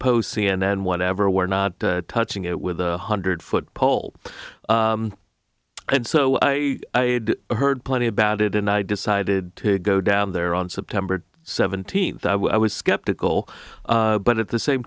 post c n n whatever we're not touching it with a hundred foot pole and so i heard plenty about it and i decided to go down there on september seventeenth i was skeptical but at the same